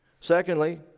Secondly